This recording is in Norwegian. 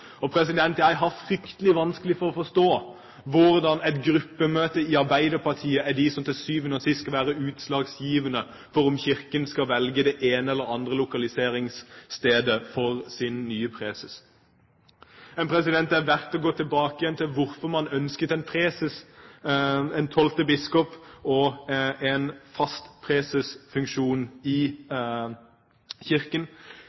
Jeg har fryktelig vanskelig for å forstå hvordan et gruppemøte i Arbeiderpartiet til syvende og sist skal være utslagsgivende for om Kirken skal velge det ene eller det andre lokaliseringsstedet for sin nye preses. Det er verdt å gå tilbake for å se hvorfor man ønsket en preses – en tolvte biskop, og en fast presesfunksjon i Kirken.